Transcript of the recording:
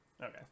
okay